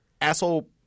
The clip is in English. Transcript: asshole